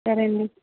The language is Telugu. సరే అండి